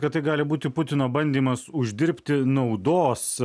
kad tai gali būti putino bandymas uždirbti naudos